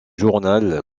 journal